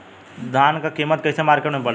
धान क कीमत कईसे मार्केट में बड़ेला?